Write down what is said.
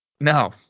No